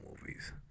movies